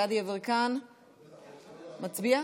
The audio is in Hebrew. גדי יברקן, מצביע?